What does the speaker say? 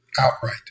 outright